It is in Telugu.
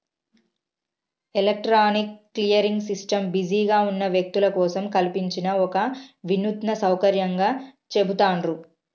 ఎలక్ట్రానిక్ క్లియరింగ్ సిస్టమ్ బిజీగా ఉన్న వ్యక్తుల కోసం కల్పించిన ఒక వినూత్న సౌకర్యంగా చెబుతాండ్రు